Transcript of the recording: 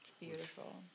Beautiful